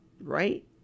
Right